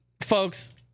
folks